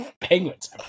penguins